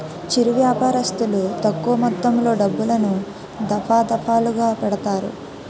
చిరు వ్యాపారస్తులు తక్కువ మొత్తంలో డబ్బులను, దఫాదఫాలుగా పెడతారు